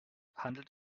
handelt